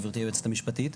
גברתי היועצת המשפטית,